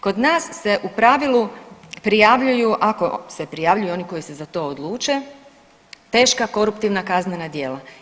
Kod nas se u pravilu prijavljuju, ako se prijavljuju, oni koji se za to odluče teška koruptivna kaznena djela.